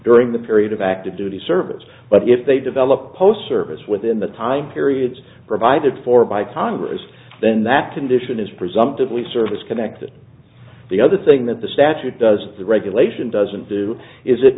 during the period of active duty service but if they develop post service within the time periods provided for by congress then that condition is presumptively service connected the other thing that the statute does the regulation doesn't do is it